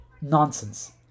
nonsense